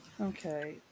Okay